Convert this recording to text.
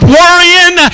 worrying